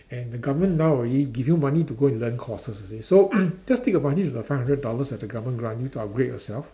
and the government now already give you money to go and learn courses okay so just take a mind this is a five hundred dollars that the government grant you to upgrade yourself